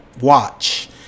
Watch